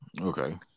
Okay